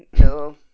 no